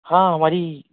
ہاں ہماری